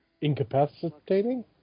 Incapacitating